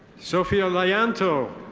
sofia layanto.